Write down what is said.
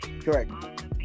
correct